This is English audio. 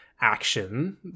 action